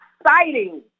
exciting